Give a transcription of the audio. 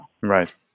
Right